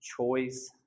choice